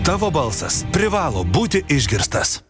tavo balsas privalo būti išgirstas